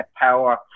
power